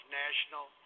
national